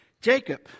Jacob